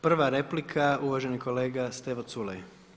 Prva replika uvaženi kolega Stevo Culej.